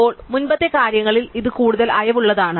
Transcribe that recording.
ഇപ്പോൾ മുമ്പത്തെ കാര്യങ്ങളിൽ ഇത് കൂടുതൽ അയവുള്ളതാണ്